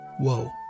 whoa